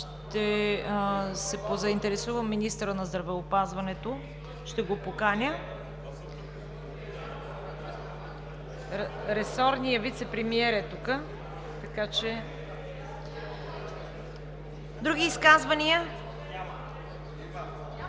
Ще се поинтересувам, министъра на здравеопазването ще го поканя. Ресорният вицепремиер е тук. Други изказвания? Д-р